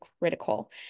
critical